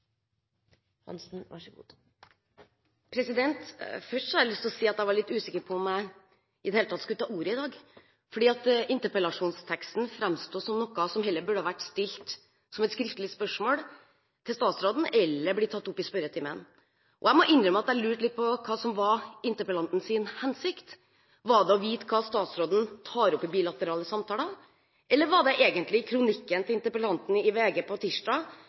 om jeg i det hele tatt skulle ta ordet i dag, fordi interpellasjonsteksten framsto som noe som heller burde ha vært stilt som et skriftlig spørsmål til statsråden, eller blitt tatt opp i spørretimen. Jeg må innrømme at jeg lurte litt på hva som var interpellantens hensikt. Er det å få vite hva statsråden tar opp i bilaterale samtaler, eller er det kronikken til interpellanten i VG på tirsdag,